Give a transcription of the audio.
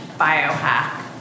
biohack